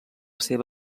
seva